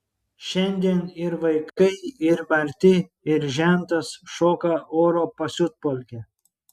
šiandien ir vaikai ir marti ir žentas šoka oro pasiutpolkę